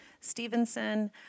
Stevenson